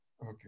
Okay